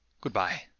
Goodbye